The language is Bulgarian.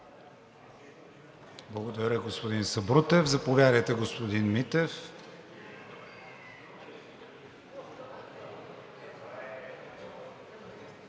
Благодаря, господин Сабрутев. Заповядайте, господин Митев,